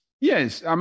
Yes